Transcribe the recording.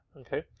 Okay